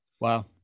Wow